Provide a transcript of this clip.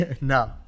no